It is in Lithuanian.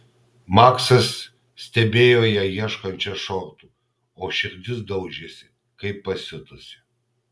maksas stebėjo ją ieškančią šortų o širdis daužėsi kaip pasiutusi